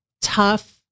tough